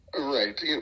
Right